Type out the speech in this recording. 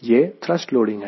यह thrust loading है